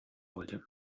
wollte